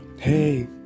Hey